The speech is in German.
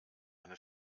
eine